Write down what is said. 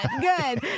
good